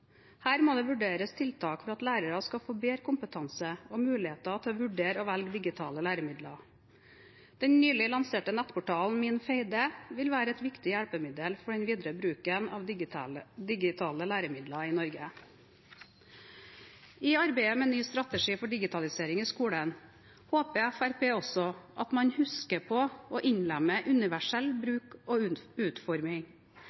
Her må det vurderes tiltak for at læreren skal få bedre kompetanse og muligheter til å vurdere og velge digitale læremidler. Den nylig lanserte nettportalen minfeide.no vil være et viktig hjelpemiddel for den videre bruken av digitale læremidler i Norge. I arbeidet med en ny strategi for digitalisering av skolen håper Fremskrittspartiet også at man husker på å innlemme universell